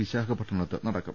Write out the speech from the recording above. വിശാഖപട്ടണത്ത് നടക്കും